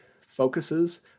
focuses